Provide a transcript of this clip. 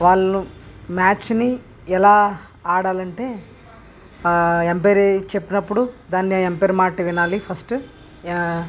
వాళ్ళు మ్యాచ్ని ఎలా ఆడాలంటే అంపైర్ ఏది చెప్పినప్పుడు దాన్ని ఆ అంపైర్ మాట వినాలి ఫస్ట్